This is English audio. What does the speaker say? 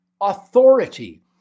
authority